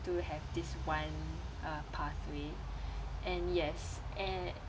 to have this one uh pathway and yes and